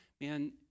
man